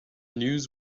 news